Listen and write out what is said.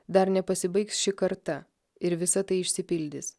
dar nepasibaigs ši karta ir visa tai išsipildys